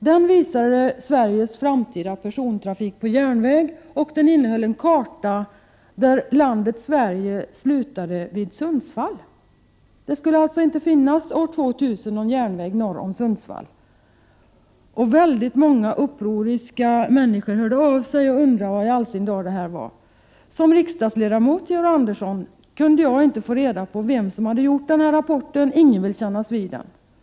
Den visade Sveriges framtida persontrafik på järn — Prot. 1988/89:89 väg, och den innehöll en karta där landet Sverige slutade vid Sundsvall! År 4 april 1989 2000 skulle det alltså inte finnas någon järnväg norr om Sundsvall. Många upproriska människor hörde av sig och undrade vad i all sin dar detta var. Som riksdagsledamot kunde jag inte få reda på vem som hade gjort den svenskt öppet sjöfartsrapporten — ingen ville kännas vid den, Georg Andersson.